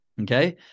Okay